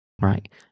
right